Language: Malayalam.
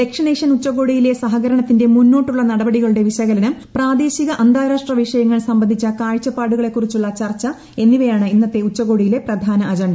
ദക്ഷിണേഷ്യൻ ഉച്ചകോടിയിലെ സഹകരണത്തിന്റെ മുന്നോട്ടുള്ള നടപടികളുടെ വിശകലനം പ്രാദേശിക അന്താരാഷ്ട്ര വിഷയങ്ങൾ സംബന്ധിച്ച കാഴ്ചപ്പാടുകളെക്കുറിച്ചുള്ള ചർച്ചു എന്നിവയാണ് ഇന്നത്തെ ഉച്ചകോടിയിലെ പ്രധാന അജണ്ട